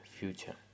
future